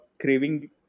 craving